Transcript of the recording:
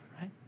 right